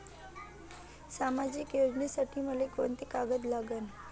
सामाजिक योजनेसाठी मले कोंते कागद लागन?